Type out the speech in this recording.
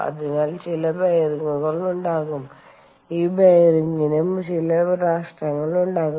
അതിനാൽ ചില ബെയറിംഗുകൾ ഉണ്ടാകും ഈ ബെയറിംഗിനും ചില നഷ്ടങ്ങൾ ഉണ്ടാകും